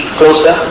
closer